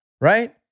right